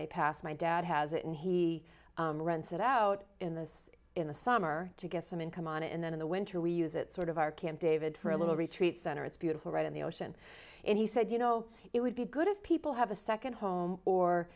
they passed my dad has it and he rents it out in this in the summer to get some income on it and then in the winter we use it sort of our camp david for a little retreat center it's beautiful right in the ocean and he said you know it would be good if people have a second home or